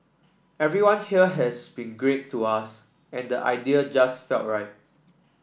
everyone here has been great to us and the idea just felt right